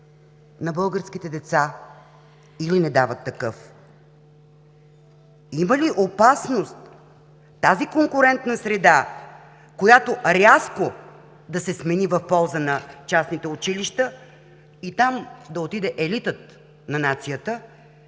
държавата, или не дават такъв? Има ли опасност тази конкурентна среда, която рязко да се смени в полза на частните училища и там да отиде елитът на нацията,